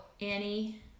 Annie